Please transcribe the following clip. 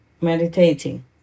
meditating